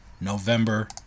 November